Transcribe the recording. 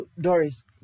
Doris